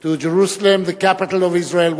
to Jerusalem, the Capital of Israel.